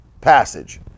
passage